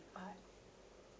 art